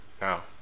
Now